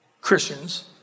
Christians